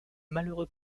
malheureux